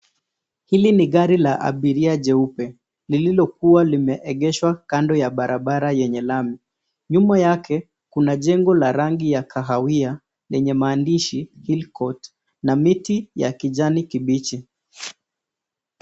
Hili ni gari la abiria jeupe lililokua limeegeshwa kando ya barabara yenye lami, nyuma yake kuna jengo ya rangi ya kahawia lenye maandishi Hill Court na miti ya kijani kibichi.